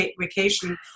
vacation